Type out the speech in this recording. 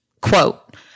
quote